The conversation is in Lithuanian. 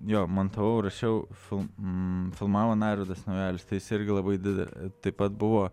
jo montavau rašiau film filmavo narvidas naujalis tai jis irgi labai didelė taip pat buvo